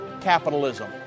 capitalism